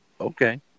okay